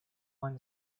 one